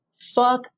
Fuck